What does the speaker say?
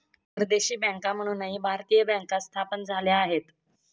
परदेशी बँका म्हणूनही भारतीय बँका स्थापन झाल्या आहेत